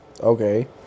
Okay